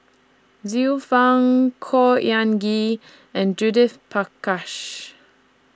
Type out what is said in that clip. Xiu Fang Khor Ean Ghee and Judith Prakash